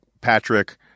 Patrick